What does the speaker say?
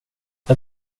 jag